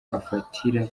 afatira